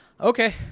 okay